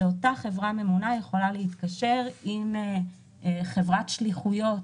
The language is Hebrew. שאותה חברה ממונה יכולה להתקשר עם חברת שליחויות,